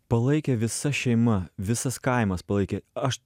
palaikė visa šeima visas kaimas palaikė aš